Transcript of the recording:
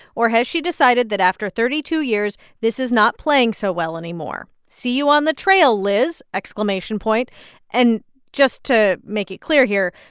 or has she decided that after thirty two years this is not playing so well anymore? see you on the trail, liz exclamation point and just to make it clear here,